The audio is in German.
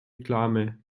reklame